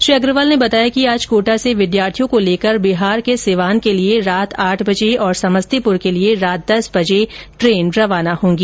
श्री अग्रवाल ने बताया कि आज कोटा से विद्यार्थियों को लेकर बिहार के सिवान के लिए रात आठ बजे और समस्तीपुर के लिए रात दस बजे ट्रेन रवाना होगी